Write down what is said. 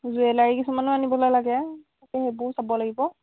jewellery কিছুমানো আনিবলে লাগে তাকে সেইবোৰ চাব লাগিব